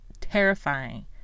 terrifying